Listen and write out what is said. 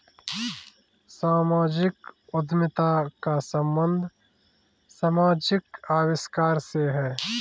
सामाजिक उद्यमिता का संबंध समाजिक आविष्कार से है